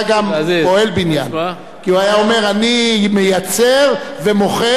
אני מייצר ומוכר ועושה לביתי כפי שצריך.